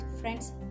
friends